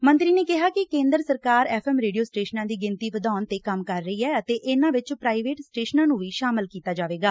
ਮੰਤਰੀ ਨੇ ਕਿਹਾ ਕਿ ਕੇਂਦਰ ਸਰਕਾਰ ਐਫ਼ ਐਮ ਰੇਡੀਓ ਸਟੇਸ਼ਨਾਂ ਦੀ ਗਿਣਤੀ ਵਧਾਉਣ ਤੇ ਕੰਮ ਕਰ ਰਹੀ ਐ ਅਤੇ ਇਨੂਾ ਵਿਚ ਪ੍ਰਾਈਵੇਟ ਸਟੇਸ਼ਨਾਂ ਨੂੰ ਵੀ ਸ਼ਾਮਲ ਕੀਤਾ ਜਾਵੇਗਾ